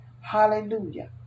Hallelujah